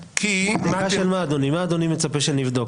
מה אדוני מצפה שנבדוק?